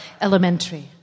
Elementary